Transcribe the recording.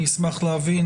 אני אשמח להבין,